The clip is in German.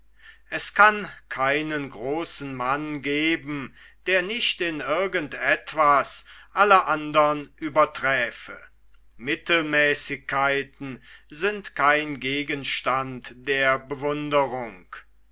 es kann keinen großen mann geben der nicht in irgend etwas alle andern überträfe mittelmäßigkeiten sind kein gegenstand der bewundrung